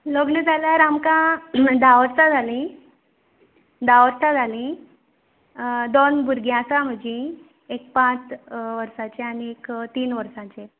लग्न जाल्यार आमकां धा वर्सां जालीं धा वर्सां जाली दोन भुरगीं आसा म्हजी एक पांच वर्साचें आनी एक तीन वर्सांचे